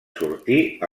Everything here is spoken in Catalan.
sortir